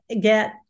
get